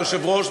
היושב-ראש,